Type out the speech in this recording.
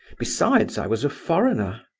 besides, i was a foreigner.